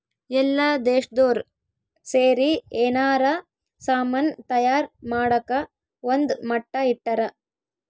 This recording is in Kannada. ಎಲ್ಲ ದೇಶ್ದೊರ್ ಸೇರಿ ಯೆನಾರ ಸಾಮನ್ ತಯಾರ್ ಮಾಡಕ ಒಂದ್ ಮಟ್ಟ ಇಟ್ಟರ